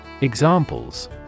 Examples